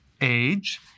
Age